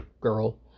girl